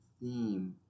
theme